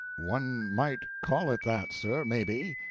one might call it that, sir, maybe.